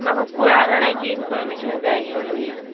म्हाका कुळागराची इन्फोर्मेशन जाय आशिल्ली